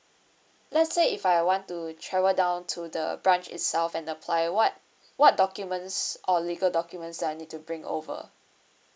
let's say if I want to travel down to the branch itself and apply what what documents or legal documents that I need to bring over